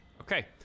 Okay